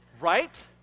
Right